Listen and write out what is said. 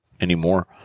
anymore